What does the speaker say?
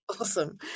awesome